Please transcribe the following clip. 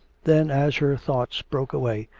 then, as her thoughts broke away,